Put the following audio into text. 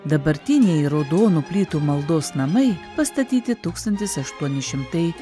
dabartiniai raudonų plytų maldos namai pastatyti tūkstantis aštuoni šimtai